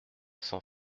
cent